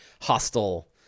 hostile